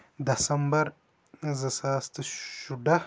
دیٚسمبر زٕ ساس تہٕ شُراہ